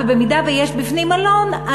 ואם יש בפנים עלון,